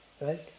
Right